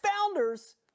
founders